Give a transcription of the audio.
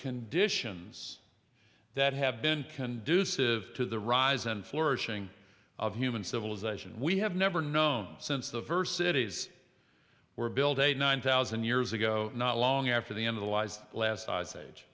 conditions that have been conducive to the rise and flourishing of human civilization we have never known since the first cities were build a nine thousand years ago not long after the end of the lies the last